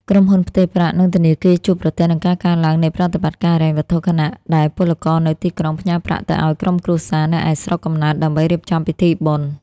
ក្រុមហ៊ុនផ្ទេរប្រាក់ និងធនាគារជួបប្រទះនឹងការកើនឡើងនៃប្រតិបត្តិការហិរញ្ញវត្ថុ ខណៈដែលពលករនៅទីក្រុងផ្ញើប្រាក់ទៅឱ្យក្រុមគ្រួសារនៅឯស្រុកកំណើតដើម្បីរៀបចំពិធីបុណ្យ។